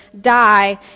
die